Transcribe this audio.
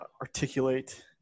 articulate